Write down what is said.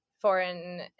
foreign